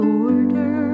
order